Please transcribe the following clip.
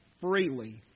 freely